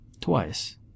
Twice